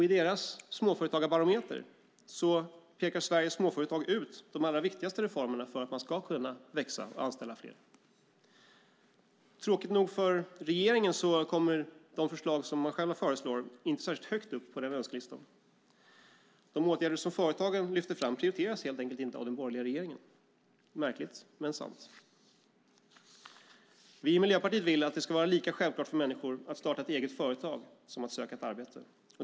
I deras småföretagarbarometer pekar Sveriges småföretag ut de allra viktigaste reformerna för att man ska kunna växa och anställa fler. Tråkigt nog för regeringen kommer de förslag den själv föreslår inte särskilt högt upp på önskelistan. De åtgärder som företagen lyfter fram prioriteras helt enkelt inte av den borgerliga regeringen. Det är märkligt, men sant. Vi i Miljöpartiet vill att det ska vara lika självklart för människor att starta ett eget företag som att söka ett arbete.